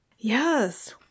Yes